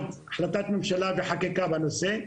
החלטת ממשלה וחקיקה בנושא.